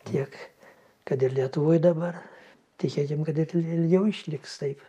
tiek kad ir lietuvoj dabar tikėkim kad ilgiau išliks taip